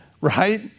Right